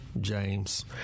James